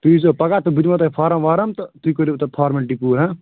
تُہۍ ییٖزیٚو پگاہ تہٕ بہٕ دِمہو تۄہہِ فارٕم وارٕم تہٕ تُہۍ کٔرِو تَتھ فارمیلٹی پوٗرٕ